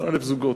12,000 זוגות.